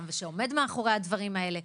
שעומד מאחורי הדברים האלה,